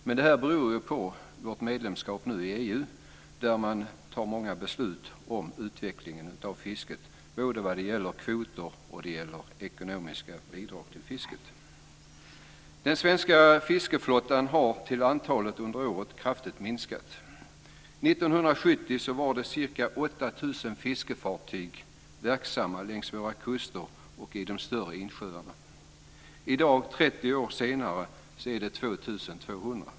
Detta beror på vårt medlemskap i EU, där man tar många beslut om utvecklingen av fisket både vad det gäller kvoter och ekonomiska bidrag till fisket. Den svenska fiskeflottan har under åren kraftigt minskats. 1970 var ca 8 000 fiskefartyg verksamma längs våra kuster och i de större insjöarna. I dag, 30 år senare, är det 2 200.